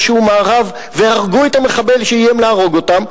מארב והרגו את המחבל שאיים להרוג אותם,